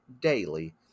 daily